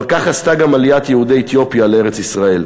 אבל כך עשתה גם עליית יהודי אתיופיה לארץ-ישראל,